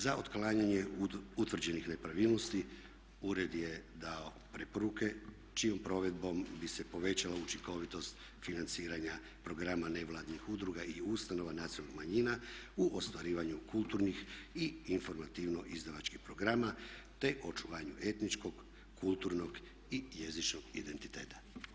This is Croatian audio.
Za otklanjanje utvrđenih nepravilnosti ured je dao preporuke čijom provedbom bi se povećala učinkovitost financiranja programa nevladinih udruga i ustanova nacionalnih manjina u ostvarivanju kulturnih i informativno izdavačkih programa te očuvanju etničkog, kulturnog i jezičnog identiteta.